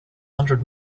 hundred